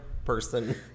Person